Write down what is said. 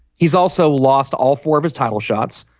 he's also lost all four of his title shots.